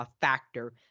factor